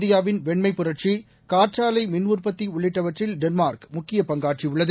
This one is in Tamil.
இந்தியாவின் வெண்மைப்புரட்சி காற்றாலை மின் உற்பத்தி உள்ளிட்டவற்றில் டென்மார்க் முக்கியப் பங்காற்றியுள்ளது